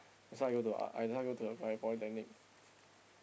that's why I go to uh I that's why I go to the poly polytechnic